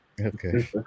Okay